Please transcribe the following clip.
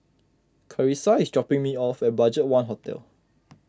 Karissa is dropping me off at Budgetone Hotel